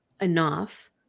enough